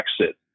exit